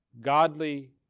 godly